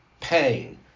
pain